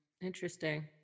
Interesting